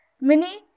Mini